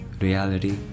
reality